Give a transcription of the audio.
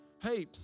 hey